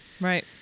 Right